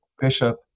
bishop